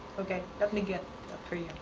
okay. let me get that for you.